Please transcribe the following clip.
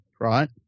right